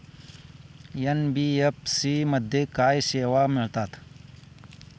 NBFC मध्ये काय सेवा मिळतात?